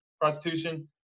prostitution